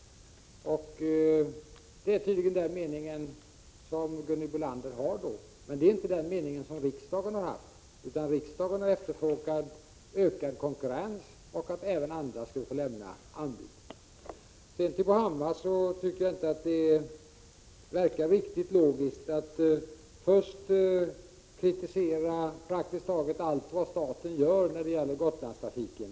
Detta är tydligen Gunhild Bolanders mening. Men det är inte den mening som riksdagen har haft. Riksdagen har eftersträvat att konkurrensen skulle öka och att även andra skulle få lämna anbud. Jag tycker inte att Bo Hammars resonemang är riktigt logiskt. Först kritiserar han praktiskt taget allt som staten gör när det gäller Gotlandstrafiken.